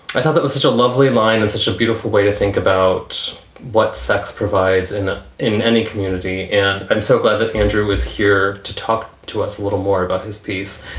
i thought that was such a lovely line and such a beautiful way to think about what sex provides in ah in any community. and i'm so glad that andrew is here to talk to us a little more about his peace.